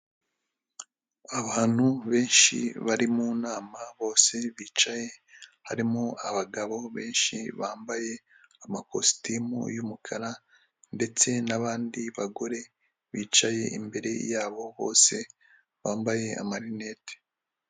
Abantu benshi bari mu nama, bose bicaye harimo abagabo benshi bambaye amakositimu y'umukara ndetse n'abandi bagore, bicaye imbere yabo bose bambaye marinete.